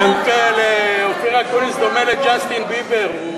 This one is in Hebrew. אופיר אקוניס דומה לג'סטין ביבר.